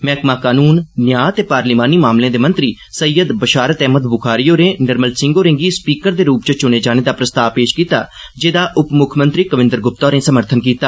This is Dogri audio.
मैहकमा कनून न्यांऽ ते पार्लिमानी मामलें दे मंत्री सैय्यद बशारत अहमद बुखारी होरे निर्मल सिंह होरें गी स्पीकर दे रुप च चुने जाने दा प्रस्ताव पेश कीता जेदा उपमुक्खमंत्री कविन्द्र गुप्ता होरें समर्थन कीता